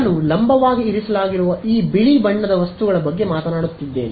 ನಾನು ಲಂಬವಾಗಿ ಇರಿಸಲಾಗಿರುವ ಈ ಬಿಳಿ ಬಣ್ಣದ ವಸ್ತುಗಳ ಬಗ್ಗೆ ಮಾತನಾಡುತ್ತಿದ್ದೇನೆ